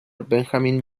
benjamin